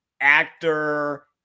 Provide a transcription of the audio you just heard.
actor